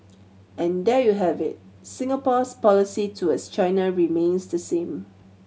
and there you have it Singapore's policy towards China remains the same